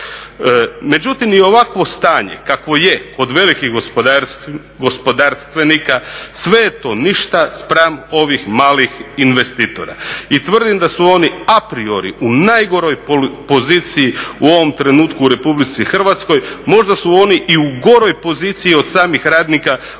Međutim i ovakvo stanje kakvo je kod velikih gospodarstvenika sve je to ništa spram ovih malih investitora. I tvrdim da su oni a priori u najgoroj poziciji u ovom trenutku u RH. Možda su oni i u goroj poziciji od samih radnika koji